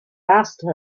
asked